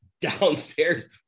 downstairs